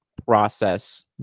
Process